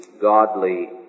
godly